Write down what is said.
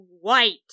white